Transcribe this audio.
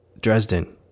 Dresden